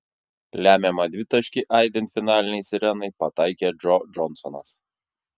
lemiamą dvitaškį aidint finalinei sirenai pataikė džo džonsonas